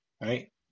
right